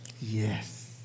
yes